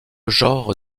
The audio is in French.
genre